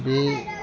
बे